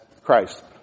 Christ